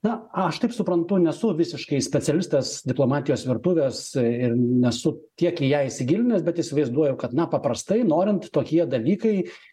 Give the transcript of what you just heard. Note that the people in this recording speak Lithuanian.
na aš taip suprantu nesu visiškai specialistas diplomatijos virtuvės ir nesu tiek į ją įsigilinęs bet įsivaizduoju kad na paprastai norint tokie dalykai